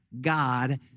God